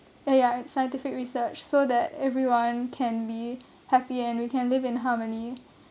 eh ya scientific research so that everyone can be happy and we can live in harmony